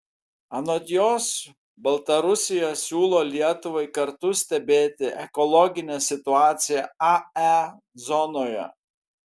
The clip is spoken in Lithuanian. anot jos baltarusija siūlo lietuvai kartu stebėti ekologinę situaciją ae zonoje